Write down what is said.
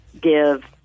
give